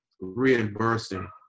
reimbursing